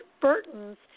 Burtons